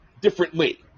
differently